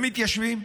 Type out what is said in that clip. הם מתיישבים.